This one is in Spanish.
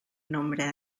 nombre